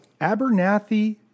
Abernathy